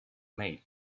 made